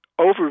overview